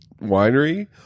winery